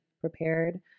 prepared